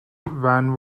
van